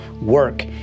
work